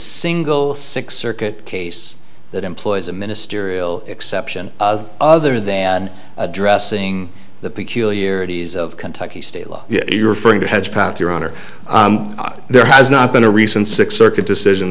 single six circuit case that employs a ministerial exception other than addressing the peculiarities of kentucky state law you're referring to has path your honor there has not been a recent six circuit decision